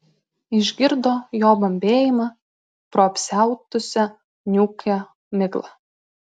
išgirdo jo bambėjimą pro apsiautusią niūkią miglą